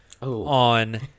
on